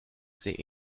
sehr